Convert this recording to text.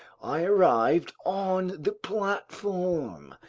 i arrived on the platform.